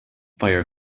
fire